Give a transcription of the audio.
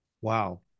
wow